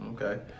Okay